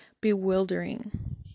bewildering